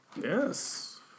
Yes